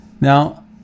Now